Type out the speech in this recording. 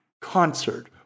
concert